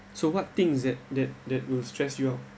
so what things that that that will stress you all